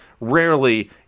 Rarely